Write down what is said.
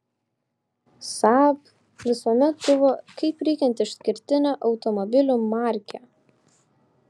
saab visuomet buvo kaip reikiant išskirtinė automobilių markė